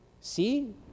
see